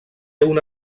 una